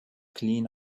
clean